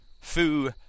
Foo